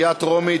בקריאה טרומית.